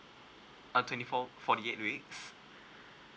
uh twenty four forty eight weeks